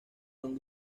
son